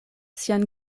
sian